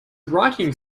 writing